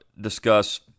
discuss